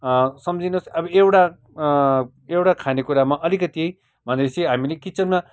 सम्झिनुहोस् अब एउडा एउटा खानेकुरामा अलिकति भनेपछि हामीले किचनमा